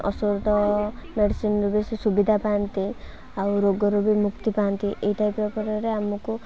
ବି ଔଷଧ ମେଡ଼ିସିନ୍ର ବି ସେ ସୁବିଧା ପାଆନ୍ତି ଆଉ ରୋଗରୁ ବି ମୁକ୍ତି ପାଆନ୍ତି ଏଇ ଟାଇପ୍ର ଫଳରେ ଆମକୁ